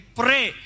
pray